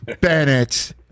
Bennett